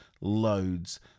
loads